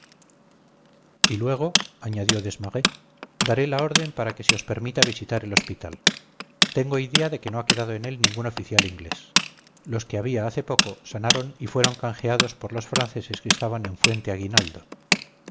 y luego añadió desmarets daré una orden para que se os permita visitar el hospital tengo idea de que no ha quedado en él ningún oficial inglés los que había hace poco sanaron y fueron canjeados por los franceses que estaban en